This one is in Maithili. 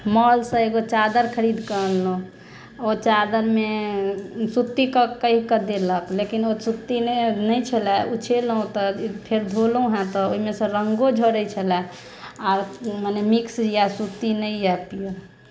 मौलसँ एगो चादरि खरीद कऽ आनलहुँ ओहि चादरिमे सुती कऽ कहि कऽ देलक लेकिन ओ सुती नहि छलय ओ छै ने ओतऽ फेर धोलौ हँ तऽ ओहिमे से रङ्गो झड़ैत छलै हँ आ मने मिक्स यऽ सुती नहि यऽ प्योर